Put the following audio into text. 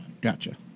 Gotcha